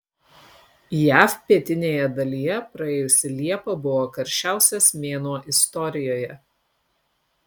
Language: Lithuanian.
jav pietinėje dalyje praėjusi liepa buvo karščiausias mėnuo istorijoje